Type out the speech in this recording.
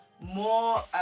more